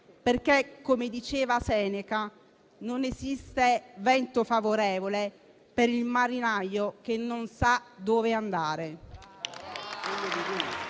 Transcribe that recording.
perché, come diceva Seneca, non esiste vento favorevole per il marinaio che non sa dove andare.